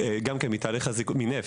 מנפט.